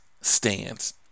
stands